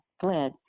fled